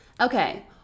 Okay